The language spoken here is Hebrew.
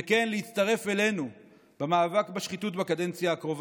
וכן, להצטרף אלינו למאבק בשחיתות בקדנציה הקרובה.